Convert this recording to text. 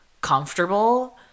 comfortable